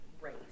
race